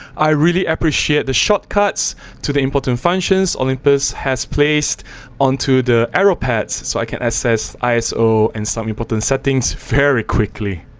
i really appreciate the shortcuts to the important functions olympus has placed onto the arrow pads so i can assess iso and some important settings very quickly.